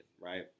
right